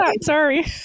Sorry